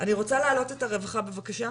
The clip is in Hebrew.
רוצה להעלות את הרווחה בבקשה,